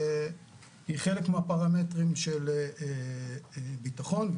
היא חלק מהפרמטרים של ביטחון.